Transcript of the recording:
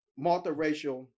multiracial